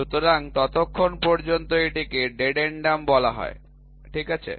সুতরাং ততক্ষণ পর্যন্ত এটিকে ডেডেন্ডাম বলা হয় ঠিক আছে